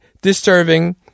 disturbing